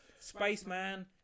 Spaceman